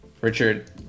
Richard